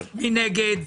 מי נגד?